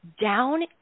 down